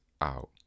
out